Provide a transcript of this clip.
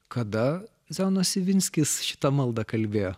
kada zenonas ivinskis šitą maldą kalbėjo